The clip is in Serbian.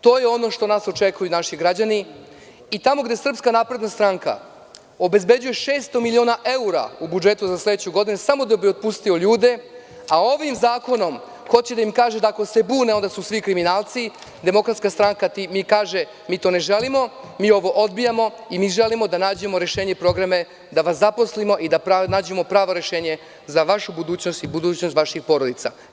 To je ono što od nas očekuju naši građani i tamo gde SNS obezbeđuje 600 miliona evra u budžetu za sledeću godinu samo da bi otpustili ljude, a ovim zakonom hoće da im kaže da ako se bune onda su svi kriminalci, DS kaže – mi to ne želimo, mi ovo odbijamo i mi želimo da nađemo rešenje i programe da vas zaposlimo i da nađemo pravo rešenje za vašu budućnost i za budućnost vaših porodica.